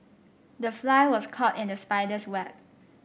the fly was caught in the spider's web